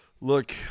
look